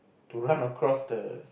to run across the